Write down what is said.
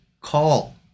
call